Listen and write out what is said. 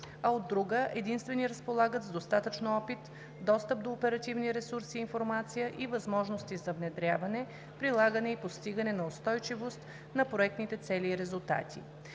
а, от друга – единствени разполагат с достатъчно опит, достъп до оперативни ресурси и информация и възможности за внедряване, прилагане и постигане на устойчивост на проектните цели и резултати.